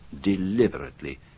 deliberately